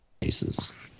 cases